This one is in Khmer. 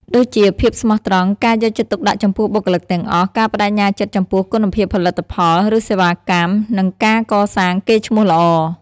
ដូចជា ភាពស្មោះត្រង់ ការយកចិត្តទុកដាក់ចំពោះបុគ្គលិកទាំងអស់ ការប្តេជ្ញាចិត្តចំពោះគុណភាពផលិតផល ឬសេវាកម្ម និងការកសាងកេរ្តិ៍ឈ្មោះល្អ។